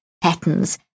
patterns